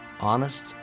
honest